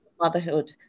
motherhood